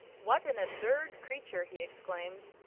what an absurd creature! he exclaimed.